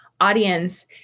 audience